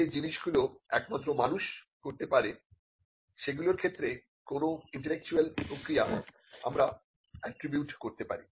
যে জিনিস গুলো একমাত্র মানুষ করতে পারে সেগুলোর ক্ষেত্রে কোন ইন্টেলেকচুয়াল প্রক্রিয়া আমরা এট্রিবিউট করতে পারি